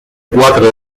quatre